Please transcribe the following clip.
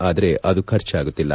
ಆದರೆ ಅದು ಖರ್ಜಾಗುತ್ತಿಲ್ಲ